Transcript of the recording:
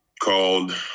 called